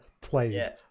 played